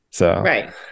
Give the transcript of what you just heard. Right